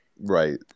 Right